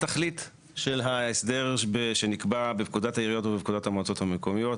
התכלית של ההסדר שנקבע בפקודת העיריות ובפקודת המועצות המקומיות,